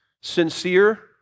sincere